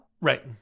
Right